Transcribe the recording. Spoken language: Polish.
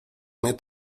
mnie